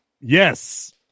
Yes